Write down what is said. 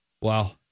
Wow